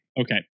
okay